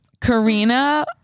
Karina